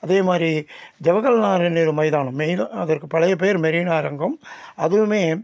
அதே மாதிரி ஜவஹர்லால் நேரு மைதானம் மெரினா அதற்கு பழைய பெயர் மெரினா அரங்கம் அதுவும்